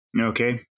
Okay